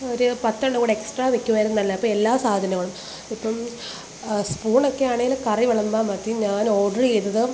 ഒരു പത്തെണ്ണം കൂടെ എക്സ്ട്രാ വെക്കുകയായിരുന്നു നല്ലത് അപ്പോൾ എല്ലാ സാധനങ്ങളും ഇപ്പം സ്പൂണൊക്കെ ആണെങ്കിൽ കറി വിളമ്പാൻ മതി ഞാന് ഓര്ഡർ ചെയ്തത്